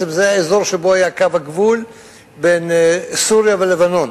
זה האזור שבו היה קו הגבול בין סוריה ולבנון,